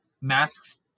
Masks